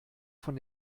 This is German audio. von